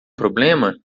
problema